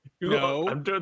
No